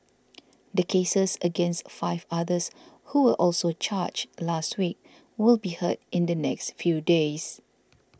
the cases against five others who were also charged last week will be heard in the next few days